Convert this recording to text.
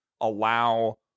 allow